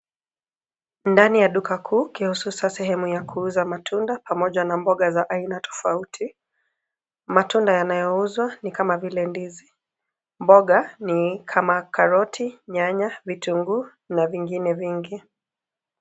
Ndani ya duka kuu ikiwa husasan sehemu ya kuuza matunda pamoja na mboga za aina tofauti. Matunda yanauyouzwa ni kama vile ndizi. Mboga ni kama karoti, nyanya, vitunguu na vingine vingi.